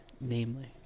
namely